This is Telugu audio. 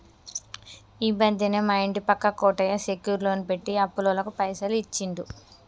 ఈ మధ్యనే మా ఇంటి పక్క కోటయ్య సెక్యూర్ లోన్ పెట్టి అప్పులోళ్లకు పైసలు ఇచ్చిండు